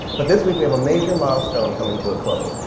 but this week we have a major milestone coming to a close.